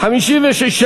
סיעת מרצ,